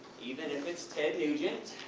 even if it's ted nugent.